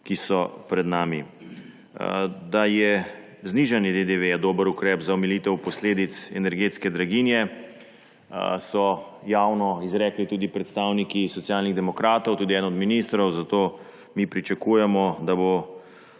ki so pred nami. Da je znižanje DDV dober ukrep za omilitev posledic energetske draginje, so javno izrekli tudi predstavniki Socialnih demokratov, tudi eden od ministrov, zato mi pričakujemo, da bodo